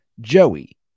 Joey